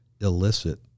illicit